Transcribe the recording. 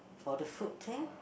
for the food there